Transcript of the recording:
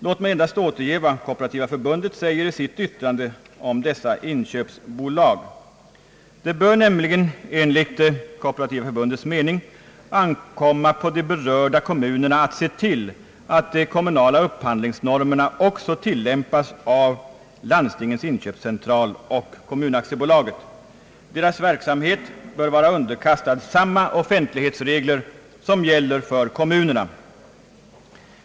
Låt mig endast återge vad Kooperativa förbundet säger i sitt yttrande om dessa inköpsbolag. Det bör enligt Kooperativa förbundets mening ankomma på de berörda kommunerna att se till att de kommunala upphandlingsnormerna också = tillämpas av Landstingens inköpscentral och Kommunaktiebolaget. Deras verksamhet bör vara underkastad samma offentlighetsregler som gäller för kommunerna.